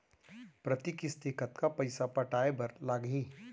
प्रति किस्ती कतका पइसा पटाये बर लागही?